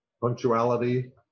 punctuality